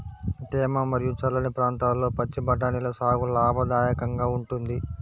తేమ మరియు చల్లని ప్రాంతాల్లో పచ్చి బఠానీల సాగు లాభదాయకంగా ఉంటుంది